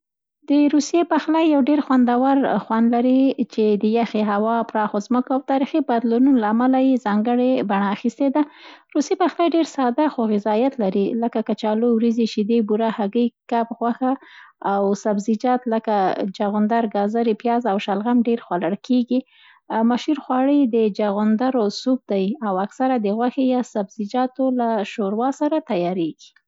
د روسیې پخلي یو ډېر خوندور خوند لري چي د یخې هوا، پراخو ځمکو او تاریخي بدلونونو له امله یې ځانګړې بڼه اخیستی ده. روسي پخلی ډېر ساده خو غذایت لري، لکه: کچالو، وریځې، شیدې، بوره، هګۍ، کب، غوښه او سبزيجات، لکه، چغندر، ګارزې، پیاز او شلغم ډېر خوړل کېږي. مشهور خواړه یې د چغندرو سوپ دی او اکثره د غوښې یا د سبزيجاتو له شوروا سره تیارېږي.